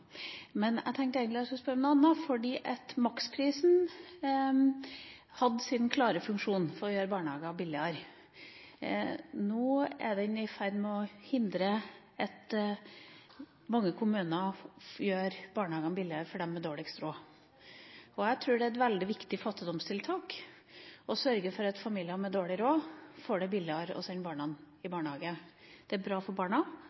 men jeg tenkte egentlig jeg skulle spørre om noe annet. Maksprisen hadde sin klare funksjon: å gjøre barnehager billigere. Nå er den i ferd med å hindre at mange kommuner gjør barnehagene billigere for dem med dårligst råd. Jeg tror det er et veldig viktig fattigdomstiltak å sørge for at det blir billigere for familier med dårlig råd å sende barna i barnehage. Det er bra for barna,